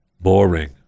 Boring